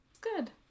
Good